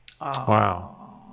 Wow